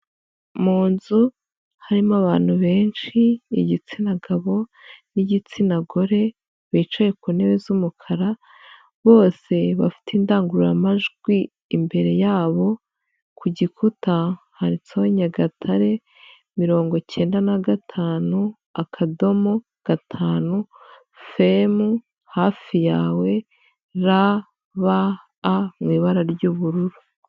Mu nzu harimo abantu benshi igitsina gabo n'igitsina gore bicaye ku ntebe z'umukara, bose bafite indangururamajwi, imbere yabo ku gikuta handitseho nyagatare mirongo icyenda na gatanu akadomo gatanu fm hafi yawe r b a mu ibara ry'ubururu.